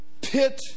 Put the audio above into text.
pit